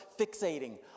fixating